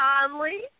Conley